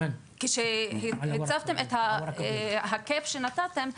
כשהצבתם את הקאפ שנתתם,